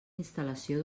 instal·lació